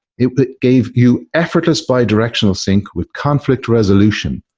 it gave you effortless bi-directional sync with conflict resolution.